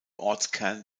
ortskern